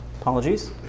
apologies